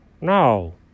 no